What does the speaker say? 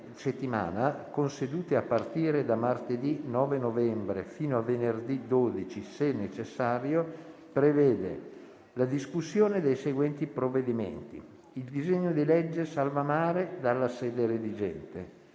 settimana, con sedute a partire da martedì 9 novembre fino a venerdì 12, se necessario, prevede la discussione dei seguenti provvedimenti: il disegno di legge salva mare, dalla sede redigente;